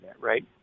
right